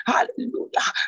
Hallelujah